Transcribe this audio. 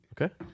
okay